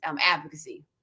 advocacy